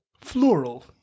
floral